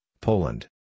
Poland